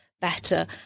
better